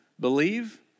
Believe